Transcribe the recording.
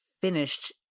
finished